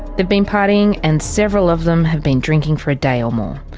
they've been partying and several of them have been drinking for a day or more.